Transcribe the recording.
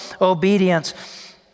obedience